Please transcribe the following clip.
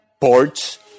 ports